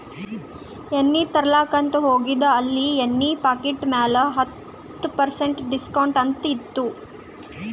ಎಣ್ಣಿ ತರ್ಲಾಕ್ ಅಂತ್ ಹೋಗಿದ ಅಲ್ಲಿ ಎಣ್ಣಿ ಪಾಕಿಟ್ ಮ್ಯಾಲ ಹತ್ತ್ ಪರ್ಸೆಂಟ್ ಡಿಸ್ಕೌಂಟ್ ಅಂತ್ ಇತ್ತು